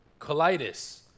colitis